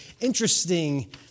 interesting